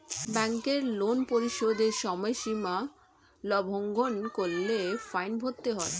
ব্যাংকের লোন পরিশোধের সময়সীমা লঙ্ঘন করলে ফাইন ভরতে হয়